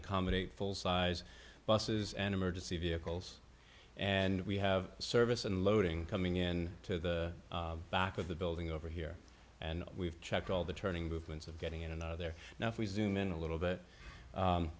accommodate full size buses and emergency vehicles and we have service unloading coming in to the back of the building over here and we've checked all the turning movements of getting in and out of there now if we zoom in a little bit